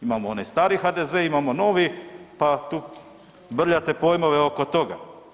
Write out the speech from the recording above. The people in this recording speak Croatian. Imamo onaj stari HDZ, imamo novi, pa tu brljate pojmove oko toga.